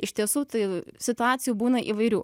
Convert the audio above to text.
iš tiesų tai situacijų būna įvairių